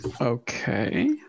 Okay